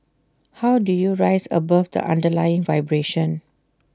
how do you rise above the underlying vibration